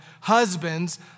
husbands